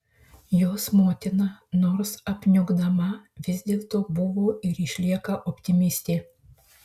jos motina nors apniukdama vis dėlto buvo ir išlieka optimistė